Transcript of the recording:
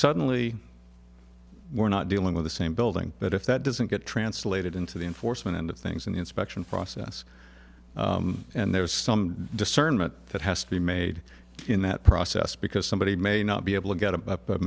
suddenly we're not dealing with the same building that if that doesn't get translated into the enforcement end of things in the inspection process and there's some discernment that has to be made in that process because somebody may not be able to get